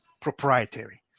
proprietary